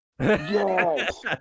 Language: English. yes